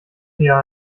eher